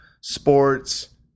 sports